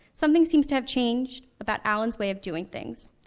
something seems to have changed about allen's way of doing things.